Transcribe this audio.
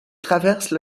traverse